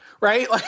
Right